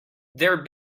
their